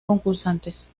concursantes